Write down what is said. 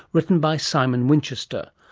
written by simon winchester.